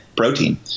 protein